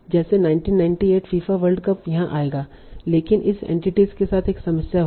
जैसे 1998 FIFA World Cup यहां आएगा लेकिन इस एंटिटी के साथ एक समस्या होगी